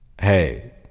hey